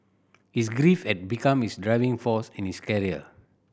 his grief had become his driving force in his career